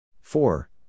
Four